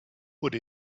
would